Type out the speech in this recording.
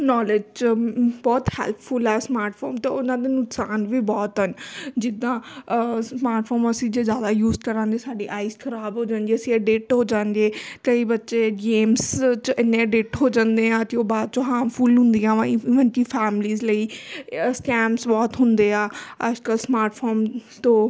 knowledge 'ਚ ਬਹੁਤ helpful ਆ ਸਮਾਰਟ ਫੋਨ ਤਾਂ ਉਹਨਾਂ ਦੇ ਨੁਕਸਾਨ ਵੀ ਬਹੁਤ ਹਨ ਜਿੱਦਾਂ ਸਮਾਰਟ ਫੋਨ ਅਸੀਂ ਜੇ ਜ਼ਿਆਦਾ ਯੂਜ ਕਰਾਂਗੇ ਸਾਡੀ ਆਈਸ ਖ਼ਰਾਬ ਹੋ ਜਾਣਗੀਆਂ ਅਸੀਂ ਅਡਿਕਟ ਹੋ ਜਾਂਗੇ ਕਈ ਬੱਚੇ ਗੇਮਸ 'ਚ ਇੰਨੇ ਅਡਿਕਟ ਹੋ ਜਾਂਦੇ ਆ ਕਿ ਉਹ ਬਾਅਦ 'ਚੋਂ ਹਾਰਮਫੁੱਲ ਹੁੰਦੀਆਂ ਵਾਈ ਮਤਲਬ ਕਿ ਫੈਮਲੀਜ਼ ਲਈ ਅ ਸਕੈਮਸ ਬਹੁਤ ਹੁੰਦੇ ਆ ਅੱਜ ਕੱਲ੍ਹ ਸਮਾਰਟ ਫੋਨ ਤੋਂ